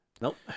Nope